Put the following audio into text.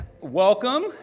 Welcome